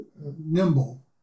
nimble